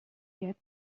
yet